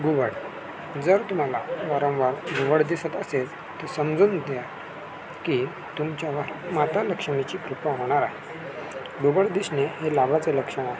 घुबड जर तुम्हाला वारंवार घुबड दिसत असेल की समजून द्या की तुमच्यावर माता लक्ष्मीची कृपा होणार आहे घुबड दिसणे हे लाभाचे लक्षण आहे